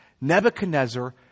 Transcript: Nebuchadnezzar